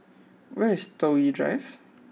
where is Toh Yi Drive